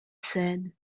said